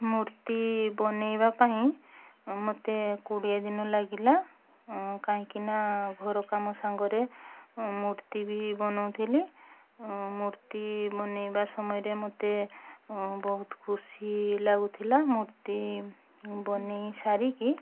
ମୂର୍ତ୍ତି ବନାଇବା ପାଇଁ ମୋତେ କୋଡ଼ିଏ ଦିନ ଲାଗିଲା କାହିଁକି ନା ଘରକାମ ସାଙ୍ଗରେ ମୁଁ ମୂର୍ତ୍ତି ବି ବନାଉଥିଲି ମୂର୍ତ୍ତି ବନାଇବା ସମୟରେ ମୋତେ ବହୁତ ଖୁସି ଲାଗୁଥିଲା ମୂର୍ତ୍ତି ବନାଇ ସାରିକି